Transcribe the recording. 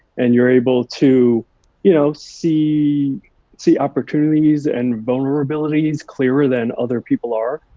and you're able to you know see see opportunities and vulnerabilities clearer than other people are,